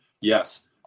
yes